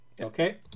Okay